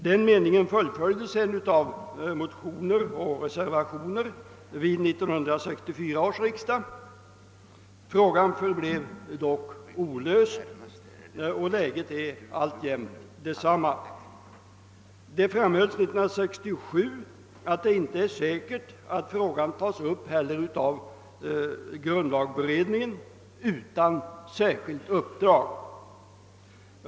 Den meningen fullföljdes sedan i motioner och reservationer vid 1964 års riksdag. Frågan förblev dock olöst, och läget är alltjämt detsamma. Det framhölls 1967, att det inte heller är säkert att frågan tas upp av grundlagberedningen utan särskilt upp drag.